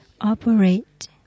operate